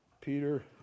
Peter